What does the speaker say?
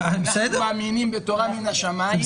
אנחנו מאמינים בתורה מן השמיים.